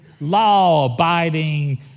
law-abiding